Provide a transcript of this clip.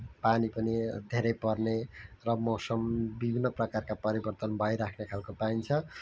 पानी पनि धेरै पर्ने र मौसम विभिन्न प्रकारका परिवर्तन भइराख्ने खालको पाइन्छ